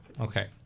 Okay